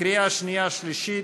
לקריאה שנייה ולקריאה שלישית,